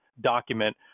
document